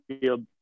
field